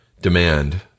Demand